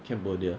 cambodia